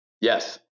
Yes